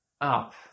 up